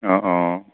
অঁ অঁ